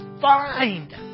find